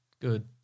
good